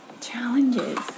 challenges